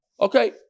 Okay